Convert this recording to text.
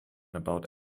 about